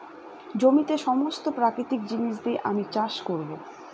জমিতে সমস্ত প্রাকৃতিক জিনিস দিয়ে আমি চাষ করবো